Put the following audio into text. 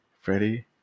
Freddie